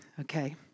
okay